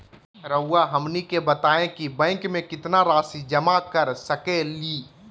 रहुआ हमनी के बताएं कि बैंक में कितना रासि जमा कर सके ली?